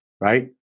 right